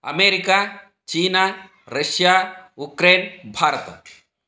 America China Russia Ukraine Bharat